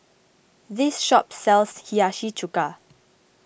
this shop sells Hiyashi Chuka